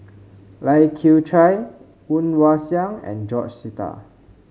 Lai Kew Chai Woon Wah Siang and George Sita